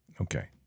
Okay